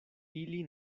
ili